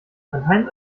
anhand